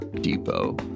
Depot